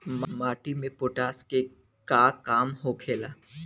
माटी में पोटाश के का काम होखेला?